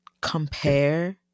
compare